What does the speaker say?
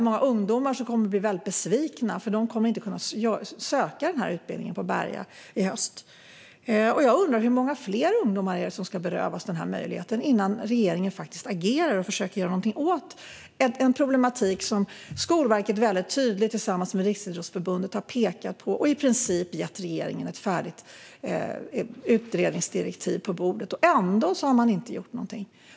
Många ungdomar kommer att bli väldigt besvikna eftersom de inte kommer att kunna söka till utbildningen på Berga i höst. Hur många fler ungdomar ska berövas denna möjlighet innan regeringen agerar och försöker göra något åt en problematik som Skolverket tillsammans med Riksidrottsförbundet tydligt har pekat på? De har i princip gett regeringen ett färdigt utredningsdirektiv på bordet. Ändå har regeringen inte gjort någonting.